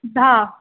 दहा